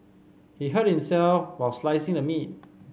he hurt himself while slicing the meat